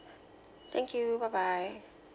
thank you bye bye